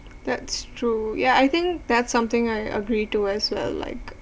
that's true yeah I think that's something I agree to as well like